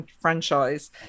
franchise